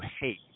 hate